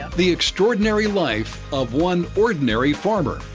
the extraordinary life of one ordinary farmer.